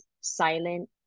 silent